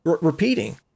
repeating